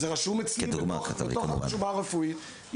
זה רשום אצלי בתוך הרשומה הרפואית.